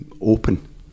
open